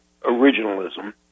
originalism